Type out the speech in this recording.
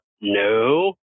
no